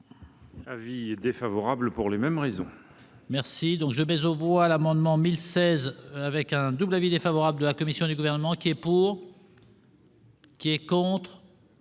Avis défavorable, pour les mêmes raisons.